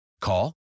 Call